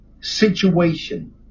situation